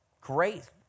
great